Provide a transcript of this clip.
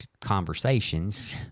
conversations